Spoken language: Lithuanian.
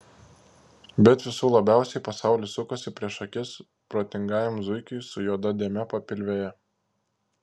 bet visų labiausiai pasaulis sukosi prieš akis protingajam zuikiui su juoda dėme papilvėje